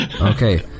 Okay